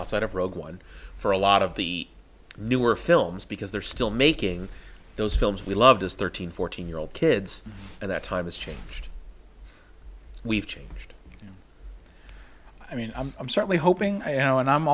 outside of rogue one for a lot of the newer films because they're still making those films we love this thirteen fourteen year old kids and that time has changed we've changed i mean i'm certainly hoping and i'm